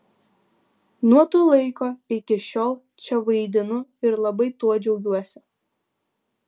nuo to laiko iki šiol čia vaidinu ir labai tuo džiaugiuosi